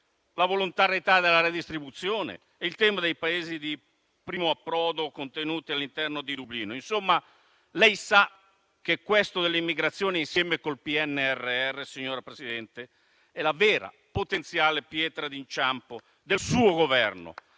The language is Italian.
la volontarietà della redistribuzione e il tema dei Paesi di primo approdo contenuti all'interno del Trattato di Dublino. Insomma, lei sa che questo dell'immigrazione, insieme col PNRR, signora Presidente, è la vera potenziale pietra di inciampo del suo Governo.